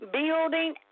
building